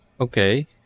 Okay